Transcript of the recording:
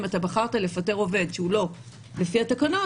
אם אתה בחרת לפטר שהוא לא לפי התקנות,